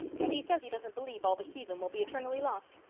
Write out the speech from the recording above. and he says he doesn't believe all the heathen will be eternally lost.